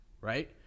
right